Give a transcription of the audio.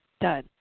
done